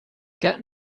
get